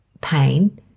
pain